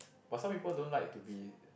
but some people don't like to be